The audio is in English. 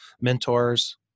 mentors